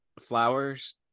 flowers